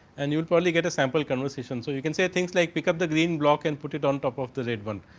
and you probably get a sample conversation. so, you can say things like pickup the green block and put it down talk of the red one.